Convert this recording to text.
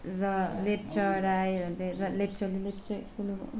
र लेप्चा राईहरूले लेप्चाले लेप्चाकै लुगा